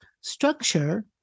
structure